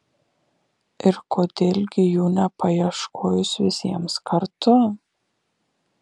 ir kodėl gi jų nepaieškojus visiems kartu